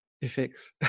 effects